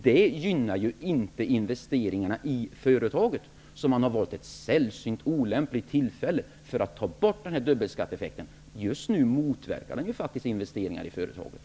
Det gynnar ju inte investeringarna i företaget! Man har alltså valt ett sällsynt olyckligt tillfälle för att ta bort den här dubbelskatteeffekten. Just nu motverkar det ju faktiskt investeringar i företagen.